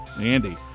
Andy